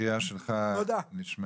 הקריאה שלך נשמעה.